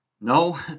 No